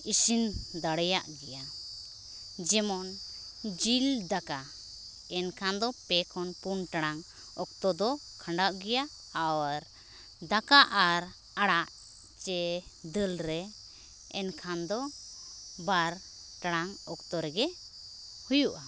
ᱤᱥᱤᱱ ᱫᱟᱲᱮᱭᱟᱜ ᱜᱮᱭᱟ ᱡᱮᱢᱚᱱ ᱡᱤᱞ ᱫᱟᱠᱟ ᱮᱱᱠᱷᱟᱱ ᱫᱚ ᱯᱮ ᱠᱷᱚᱱ ᱯᱩᱱ ᱴᱟᱲᱟᱝ ᱚᱠᱛᱚ ᱫᱚ ᱠᱷᱟᱸᱰᱟᱜ ᱜᱮᱭᱟ ᱟᱨ ᱫᱟᱠᱟ ᱟᱨ ᱟᱲᱟᱜ ᱪᱮ ᱫᱟᱹᱞ ᱨᱮ ᱮᱱᱠᱷᱟᱱ ᱫᱚ ᱵᱟᱨ ᱴᱟᱲᱟᱝ ᱚᱠᱛᱚ ᱨᱮᱜᱮ ᱦᱩᱭᱩᱜᱼᱟ